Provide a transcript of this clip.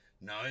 No